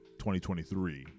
2023